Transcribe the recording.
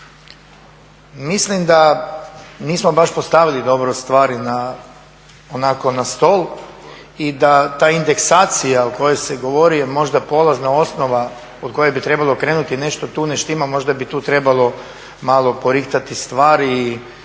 Mislim da nismo baš postavili dobro stvari na, onako na stol i da ta indeksacija o kojoj se govori je možda polazna osnova od koje bi trebalo krenuti, nešto tu ne štima, možda bi tu trebalo malo porihtati stvari